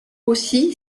aussi